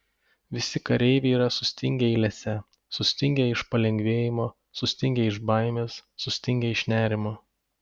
visi kareiviai yra sustingę eilėse sutingę iš palengvėjimo sustingę iš baimės sustingę iš nerimo